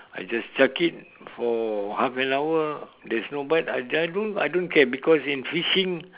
I just chuck it for half an hour there's no bait I just roam I don't care because in fishing